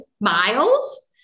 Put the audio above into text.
miles